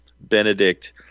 Benedict